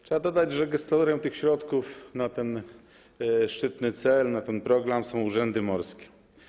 Trzeba dodać, że gestorem środków na ten szczytny cel, na ten program, są urzędy morskie.